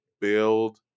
build